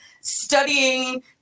studying